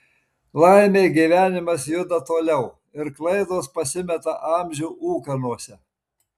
laimė gyvenimas juda toliau ir klaidos pasimeta amžių ūkanose